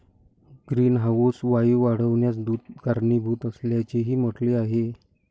greenhouse वायू वाढण्यास दूध कारणीभूत असल्याचेही म्हटले आहे